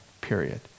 period